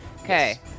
Okay